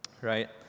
right